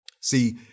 See